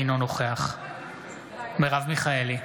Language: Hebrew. אינו נוכח מרב מיכאלי,